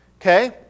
Okay